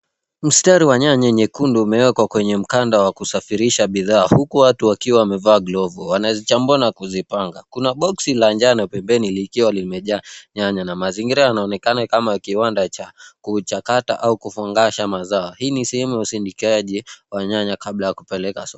Mstari wa nyanya nyekundu imewekwa kwenye mkanda wa kusafirisha bidhaa huku watu wakiwa wamevaa glovu. Wanazichambua na kuzipanga . Kuna boksi la njano pembeni likiwa limejaa nyanya na mazingira yanaonekana kama kiwanda cha kuchakata au kufungasha mazao. Hii ni sehemu ya usindikaji wa nyanya kabla ya kupeleka sokoni.